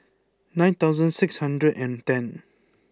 nine thousand six hundred and ten